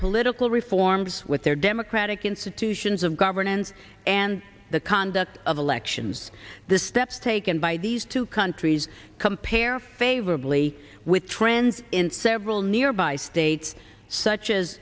political reforms with their democratic institutions of governance and the conduct of elections the steps taken by these two countries compare favorably with trends in several nearby states such as